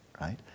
right